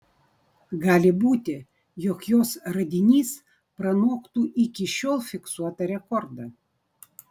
gali būti jog jos radinys pranoktų iki šiol fiksuotą rekordą